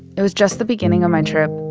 it was just the beginning of my trip,